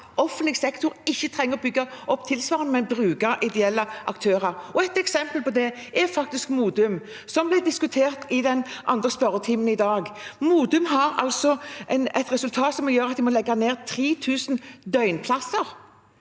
at offentlig sektor ikke trenger å bygge opp tilsvarende, men bruke ideelle aktører. Et eksempel på det er faktisk Modum Bad, som ble diskutert i den andre spørretimen i dag. Modum Bad har et resultat som gjør at de må legge ned 3 000 behandlingsplasser.